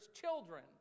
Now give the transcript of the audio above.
children